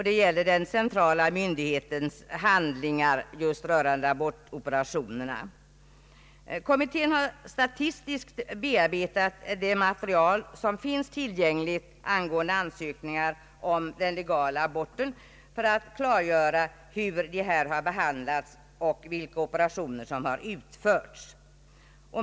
Den gäller den centrala myndighetens handläggning av ansökning om abortoperation samt vilka operationer som utförts.